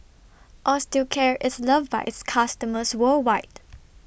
Osteocare IS loved By its customers worldwide